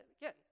again